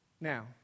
Now